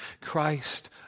Christ